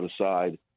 aside